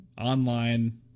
online